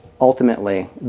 Ultimately